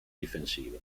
difensiva